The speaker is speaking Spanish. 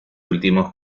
últimos